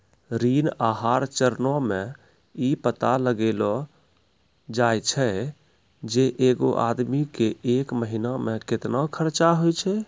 ऋण आहार चरणो मे इ पता लगैलो जाय छै जे एगो आदमी के एक महिना मे केतना खर्चा होय छै